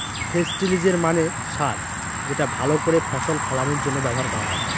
ফেস্টিলিজের মানে সার যেটা ভাল করে ফসল ফলানোর জন্য ব্যবহার করা হয়